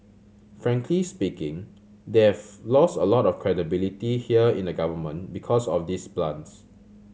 frankly speaking they have lost a lot of credibility here in the government because of these plants